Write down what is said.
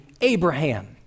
Abraham